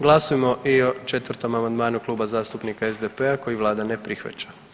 Glasujmo i o 4. amandmanu Kluba zastupnika SDP-a koji Vlada ne prihvaća.